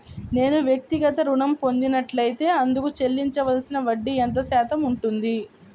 నేను వ్యక్తిగత ఋణం పొందినట్లైతే అందుకు చెల్లించవలసిన వడ్డీ ఎంత శాతం ఉంటుంది?